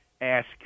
ask